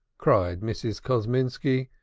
cried mrs. kosminski,